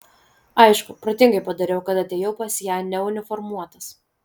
aišku protingai padariau kad atėjau pas ją neuniformuotas